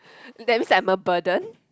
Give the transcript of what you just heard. then I am a burden